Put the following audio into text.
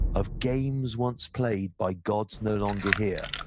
of games once played by gods no longer here.